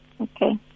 Okay